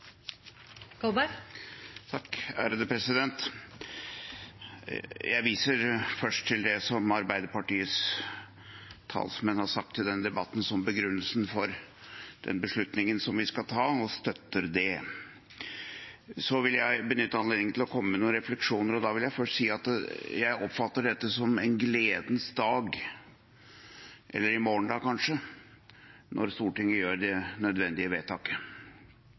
landet til gode. Jeg viser først til det som Arbeiderpartiets talsmenn har sagt i denne debatten som begrunnelse for den beslutningen vi skal ta, og støtter det. Så vil jeg benytte anledningen til å komme med noen refleksjoner, og da vil jeg først si at jeg oppfatter dette som en gledens dag – eller i morgen, kanskje – når Stortinget gjør det nødvendige vedtaket.